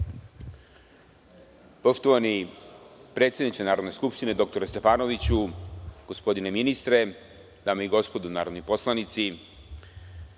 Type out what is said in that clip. Poštovani predsedniče Narodne skupštine, doktore Stefanoviću, gospodine ministre, dame i gospodo narodni poslanici,